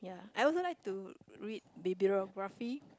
I also like to read bibliography